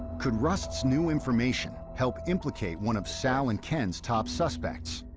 could rust's new information help implicate one of sal and ken's top suspects,